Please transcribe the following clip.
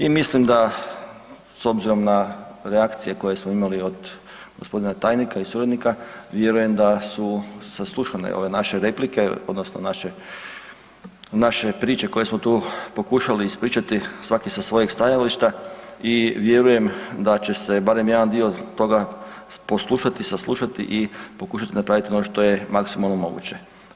I mislim da s obzirom na reakcije koje smo imali od gospodina tajnika i suradnika vjerujem da su saslušane ove naše replike odnosno naše priče koje smo tu pokušali ispričati svaki sa svojih stajališta i vjerujem da će se barem jedan dio toga poslušati, saslušati i pokušati napraviti ono što je maksimalno moguće.